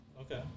Okay